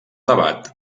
debat